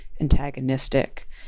antagonistic